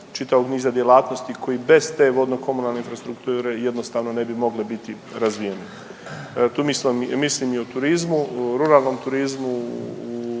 čitavog niza djelatnosti koji bez te vodnokomunalne infrastrukture jednostavno ne bi mogle biti razvijenije. Tu mislim, mislim i o turizmu, ruralnom turizmu